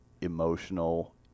emotional